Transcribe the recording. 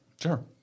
Sure